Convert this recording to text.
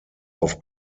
auf